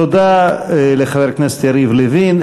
תודה לחבר הכנסת יריב לוין.